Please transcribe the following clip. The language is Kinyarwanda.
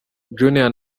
junior